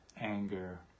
anger